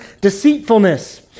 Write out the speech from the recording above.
deceitfulness